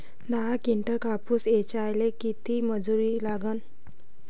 दहा किंटल कापूस ऐचायले किती मजूरी लागन?